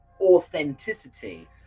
authenticity